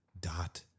dot